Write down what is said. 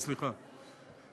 מיליארד, סליחה.